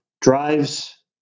drives